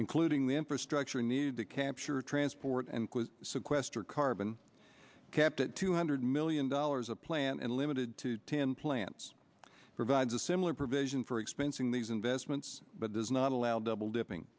including the infrastructure needed to capture transport and sequester carbon capped at two hundred million dollars a plant and limited to ten plants provides a similar provision for expensing these investments but does not allow double dipping